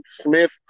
Smith